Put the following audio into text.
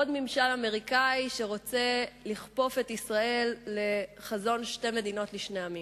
עוד ממשל אמריקני שרוצה לכפוף את ישראל לחזון שתי מדינות לשני עמים.